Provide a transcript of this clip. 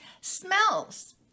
smells